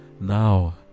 now